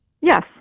Yes